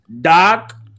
Doc